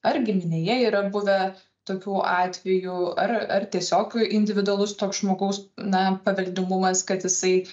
ar giminėje yra buvę tokių atvejų ar ar tiesiog individualus toks žmogaus na paveldimumas kad jisai